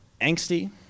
angsty